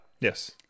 Yes